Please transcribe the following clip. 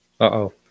Uh-oh